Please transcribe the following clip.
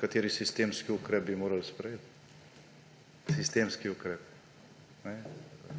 kateri sistemski ukrep bi morali sprejeti. Sistemski ukrep.